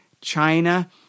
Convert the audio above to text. China